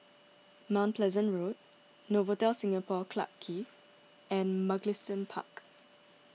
Mount Pleasant Road Novotel Singapore Clarke Quay and Mugliston Park